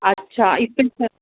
اچھا